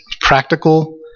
practical